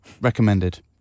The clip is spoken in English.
recommended